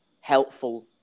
helpful